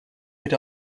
had